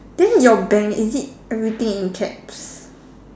then your bank is it everything in caps